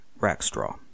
Rackstraw